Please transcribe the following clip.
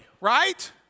right